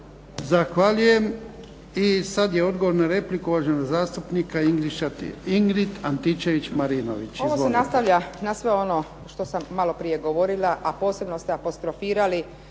Zahvaljujem. I sad je odgovor na repliku, uvažena zastupnica Ingrid Antičević Marinović.